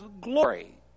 glory